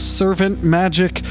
servantmagic